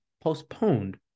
postponed